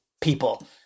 people